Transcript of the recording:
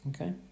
okay